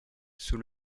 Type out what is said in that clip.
sous